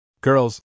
Girls